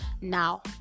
Now